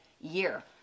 year